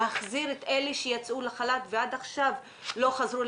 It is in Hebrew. להחזיר את אלה שיצאו לחל"ת ועד עכשיו לא חזרו.